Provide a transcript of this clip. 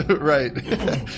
Right